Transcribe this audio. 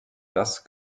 das